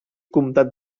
comtat